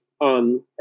on